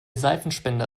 seifenspender